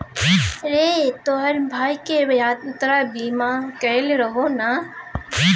रे तोहर भायक यात्रा बीमा कएल रहौ ने?